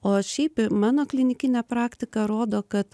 o šiaip mano klinikinė praktika rodo kad